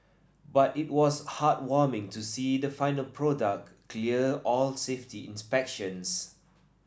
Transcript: but it was heartwarming to see the final product clear all safety inspections